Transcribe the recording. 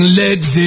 legs